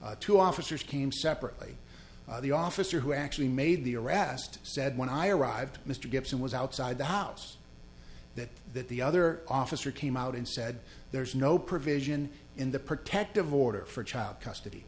two officers came separately the officer who actually made the arrest said when i arrived mr gibson was outside the house that that the other officer came out and said there's no provision in the protective order for child custody